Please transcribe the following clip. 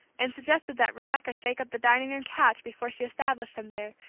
and suggested that rebecca shake up the dining-room couch before she established him there,